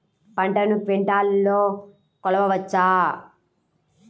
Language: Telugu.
పంటను క్వింటాల్లలో కొలవచ్చా?